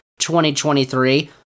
2023